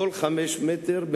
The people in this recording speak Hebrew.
כל חמישה מטרים,